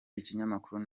ikinyamakuru